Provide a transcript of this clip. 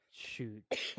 shoot